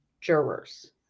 jurors